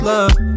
love